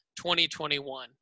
2021